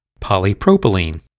Polypropylene